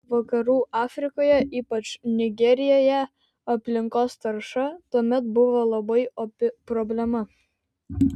vakarų afrikoje ypač nigerijoje aplinkos tarša tuomet buvo labai opi problema